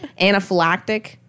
Anaphylactic